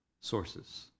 sources